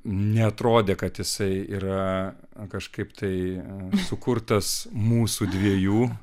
neatrodė kad jisai yra kažkaip tai sukurtas mūsų dviejų